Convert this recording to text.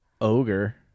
ogre